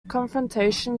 confrontation